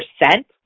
percent